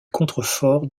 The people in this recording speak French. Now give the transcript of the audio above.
contreforts